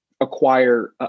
acquire